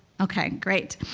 okay, great.